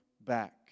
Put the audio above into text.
back